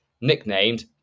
nicknamed